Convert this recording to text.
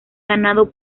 ganado